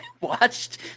watched